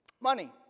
Money